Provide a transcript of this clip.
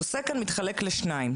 הנושא כאן מתחלק לשניים: